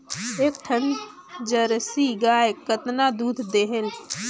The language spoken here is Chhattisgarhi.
एक ठन जरसी गाय कतका दूध देहेल?